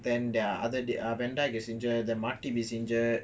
then there are other their vandijk is injured then matip is injured